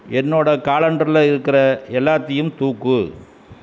என்னோட காலண்டரில் இருக்கிற எல்லாத்தையும் தூக்கு